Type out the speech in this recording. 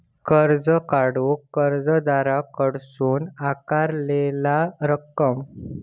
कर्ज काढूक कर्जदाराकडसून आकारलेला रक्कम